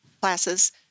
classes